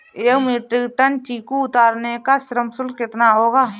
एक metric tonne चीकू उतारने का श्रम शुल्क कितना होगा?